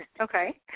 Okay